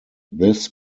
this